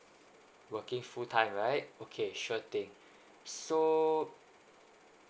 working full time right okay sure thing so